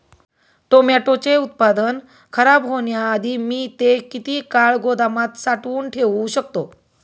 टोमॅटोचे उत्पादन खराब होण्याआधी मी ते किती काळ गोदामात साठवून ठेऊ शकतो?